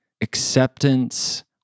acceptance